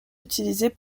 utilisées